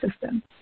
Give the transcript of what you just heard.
system